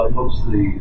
mostly